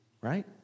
Right